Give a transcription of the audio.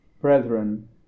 Brethren